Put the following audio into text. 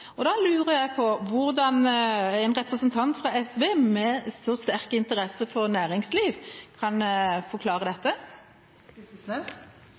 Da lurer jeg på hvordan en representant fra SV med så sterk interesse for næringsliv kan forklare dette?